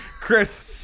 Chris